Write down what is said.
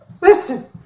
Listen